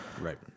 Right